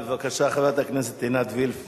בבקשה, חברת הכנסת עינת וילף.